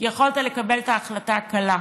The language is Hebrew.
יכולת לקבל את ההחלטה הקלה,